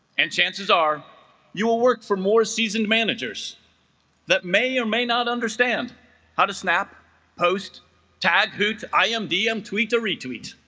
and chances are you will work for more seasoned managers that may or may not understand how to snap post taghoot i am dm tweeter retweet